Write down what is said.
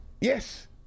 Yes